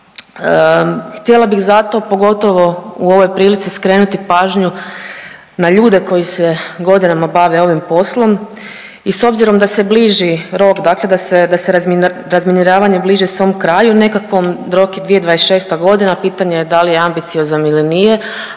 Htjela bih zato, pogotovo u ovoj prilici skrenuti pažnju na ljude koji se godinama bave ovim poslom i s obzirom da se bliži rok, dakle da se, da se razminiravanje bliži svom kraju nekakvom, rok je 2026.g. pitanje je da li je ambiciozan ili nije,